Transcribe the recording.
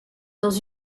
dans